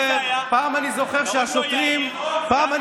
פעם, אני זוכר, מי זה היה?